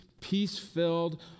peace-filled